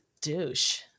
douche